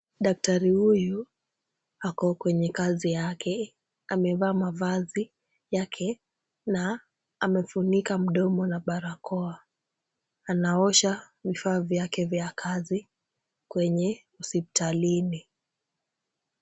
Daktari huyu ako kwenye kazi yake. Amevaa mavazi yake na amefunika mdomo na barakoa. Anaosha vifaa vyake vya kazi kwenye hospitalini.